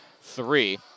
three